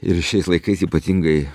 ir šiais laikais ypatingai